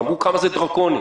אמרו כמה זה דרקוני.